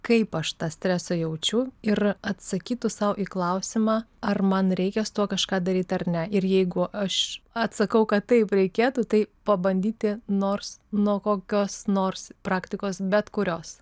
kaip aš tą stresą jaučiu ir atsakytų sau į klausimą ar man reikia su tuo kažką daryt ar ne ir jeigu aš atsakau kad taip reikėtų tai pabandyti nors nuo kokios nors praktikos bet kurios